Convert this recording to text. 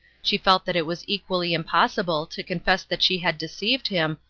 she felt that it was equally impossible to confess that she had deceived him,